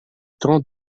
temps